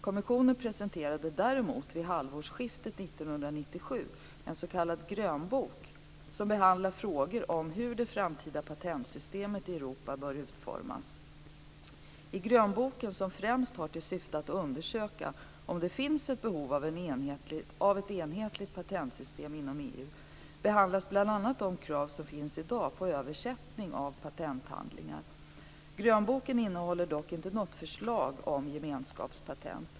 Kommissionen presenterade däremot vid halvårsskiftet 1997 en s.k. grönbok som behandlar frågor om hur det framtida patentsystemet i Europa bör utformas, Grönboken om gemenskapspatent och patentsystemet i Europa - främjande av innovation genom patent 0314-C4-0342/97). I grönboken, som främst har till syfte att undersöka om det finns behov av ett enhetligt patentsystem inom EU, behandlas bl.a. de krav som finns i dag på översättning av patenthandlingar. Grönboken innehåller dock inte något förslag om gemenskapspatent.